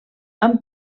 amb